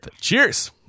Cheers